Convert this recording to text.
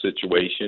situation